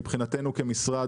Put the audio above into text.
מבחינתנו כמשרד,